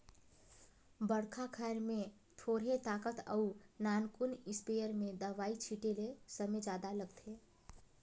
बड़खा खायर में थोरहें ताकत अउ नानकुन इस्पेयर में दवई छिटे ले समे जादा लागथे